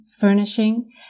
furnishing